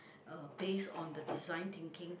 uh based on the design thinking